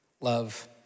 Love